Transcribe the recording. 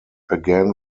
again